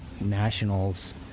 nationals